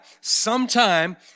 Sometime